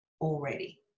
already